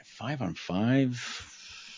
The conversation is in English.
Five-on-five